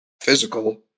physical